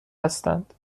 هستند